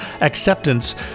Acceptance